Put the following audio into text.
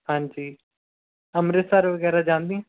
ਹਾਂਜੀ ਅੰਮ੍ਰਿਤਸਰ ਵਗੈਰਾ ਜਾਂਦੇ